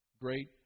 great